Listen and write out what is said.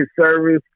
service